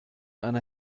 einer